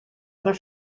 other